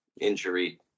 injury